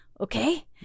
Okay